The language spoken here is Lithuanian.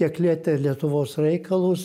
kiek lietė lietuvos reikalus